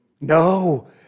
No